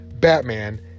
Batman